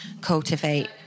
cultivate